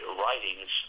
writings